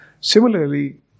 Similarly